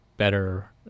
better